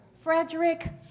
Frederick